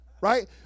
right